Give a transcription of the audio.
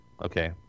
Okay